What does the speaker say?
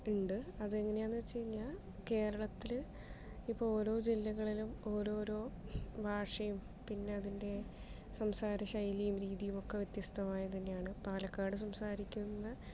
ഉണ്ട് അത് എങ്ങനെ ആണ് എന്ന് വെച്ച് കഴിഞ്ഞാൽ കേരളത്തിൽ ഇപ്പോൾ ഓരോ ജില്ലകളിലും ഓരോരോ ഭാഷയും പിന്നെ അതിൻറെ സംസാരശൈലിയും രീതിയും ഒക്കെ വ്യത്യസ്തമായ തന്നെയാണ് പാലക്കാട് സംസാരിക്കുന്ന